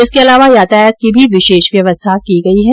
इसके अलावा यातायात की भी विशेष व्यवस्था की गई है